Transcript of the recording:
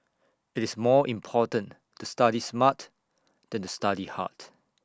IT is more important to study smart than to study hard